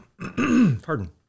pardon